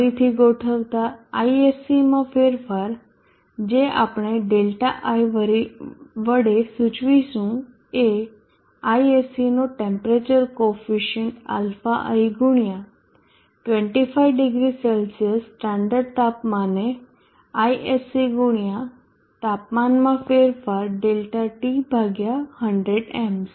ફરીથી ગોઠવતા ISC માં ફેરફાર જે આપણે Δi વડે સૂચવિશું એ ISC નો ટેમ્પરેચર કોફિસીયન્ટ αi ગુણ્યા 250C સ્ટાન્ડર્ડ તાપમાને ISC ગુણ્યા તાપમાનમાં ફેરફાર ΔT ભાગ્યા 100 એમ્પ્સ